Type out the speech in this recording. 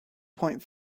point